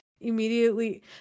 immediately